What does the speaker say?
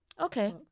okay